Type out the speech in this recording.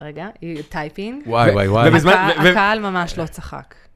רגע, היא טייפינג. וואי וואי וואי. הקהל ממש לא צחק.